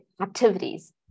activities